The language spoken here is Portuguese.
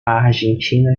argentina